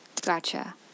gotcha